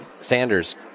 Sanders